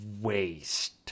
waste